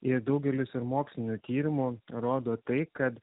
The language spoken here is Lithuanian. jie daugelis ir mokslinių tyrimų rodo tai kad